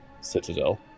citadel